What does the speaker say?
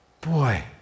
Boy